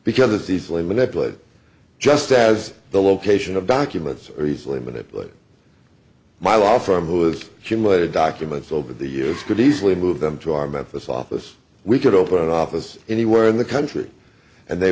because it's easily manipulated just as the location of documents are easily manipulated by law firm who has accumulated documents over the years could easily move them to our memphis office we could open an office anywhere in the country and they